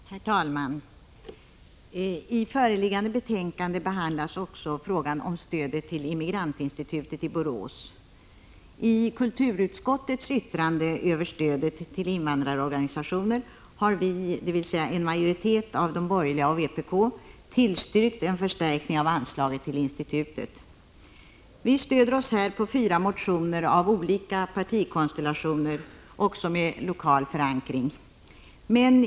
Herr talman! I föreliggande betänkande behandlas också frågan om stödet till Immigrantinstitutet i Borås. I kulturutskottets yttrande över stödet till 51 invandrarorganisationer har vi — en majoritet av de borgerliga och vpk — tillstyrkt förslaget om en förstärkning av anslaget till institutet. Vi stöder oss här på fyra motioner av olika partikonstellationer, också med lokal förankring.